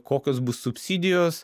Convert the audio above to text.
kokios bus subsidijos